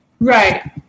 right